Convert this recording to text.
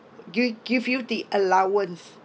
give you give you the allowance